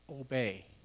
Obey